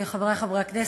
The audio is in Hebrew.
חברי חברי הכנסת,